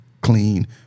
clean